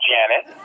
Janet